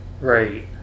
right